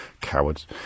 Cowards